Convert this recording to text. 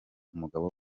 umugabo